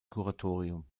kuratorium